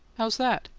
how's that?